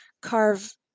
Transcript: carve